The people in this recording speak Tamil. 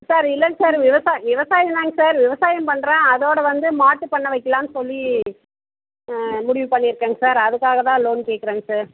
சார் இல்லைங்க சார் விவசாயம் விவசாயம் தாங்க சார் விவசாயம் பண்ணுறேன் அதோடய வந்து மாட்டுப்பண்ணை வைக்கலான்னு சொல்லி முடிவு பண்ணியிருக்கேங்க சார் அதுக்காதான் லோன் கேட்கறேங்க சார்